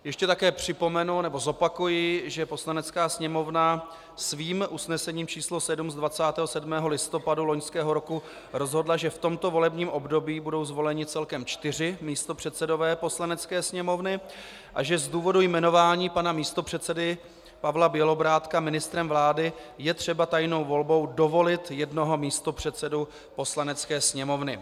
Ještě také připomenu, nebo zopakuji, že Poslanecká sněmovna svým usnesením číslo 7 z 27. 11. loňského roku rozhodla, že v tomto volebním období budou zvoleni celkem čtyři místopředsedové Poslanecké sněmovny a že z důvodu jmenování pana místopředsedy Pavla Bělobrádka ministrem vlády je třeba tajnou volbou dovolit jednoho místopředsedu Poslanecké sněmovny.